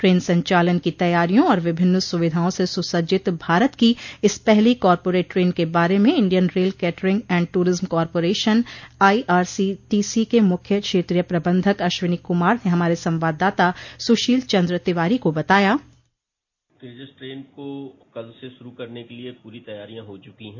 train संचालन की तैयारियों और विभिन्न सुविधाओं से सुसज्जित भारत की इस पहली कॉरपोरेट ट्रेन के बारे में Indian rail catering and tourism corporation IRCTC के मुख्य क्षेत्रीय प्रबंधक अश्वनी कुमार ने हमारे संवाददाता सुशील चन्द्र तिवारी को बताया तेजस ट्रेन को कल से शुरू करने के लिये पूरी तैयारियां हो चुकी है